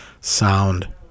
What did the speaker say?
Sound